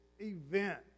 event